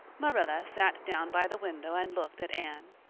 marilla sat down by the window and looked at anne.